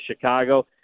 Chicago